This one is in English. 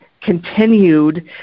continued